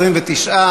29,